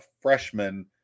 freshman